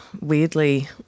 Weirdly